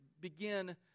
begin